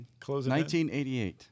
1988